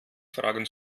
fragen